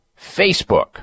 Facebook